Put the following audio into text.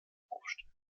aufstellen